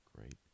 great